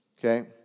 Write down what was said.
Okay